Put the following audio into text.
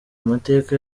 amateka